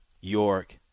York